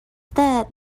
that